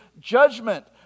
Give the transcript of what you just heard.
judgment